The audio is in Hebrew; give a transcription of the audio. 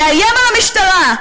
לאיים על המשטרה,